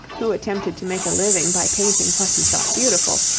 who attempted to make a living by painting what he thought beautiful,